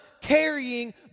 carrying